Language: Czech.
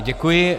Děkuji.